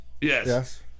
Yes